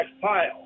pile